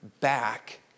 back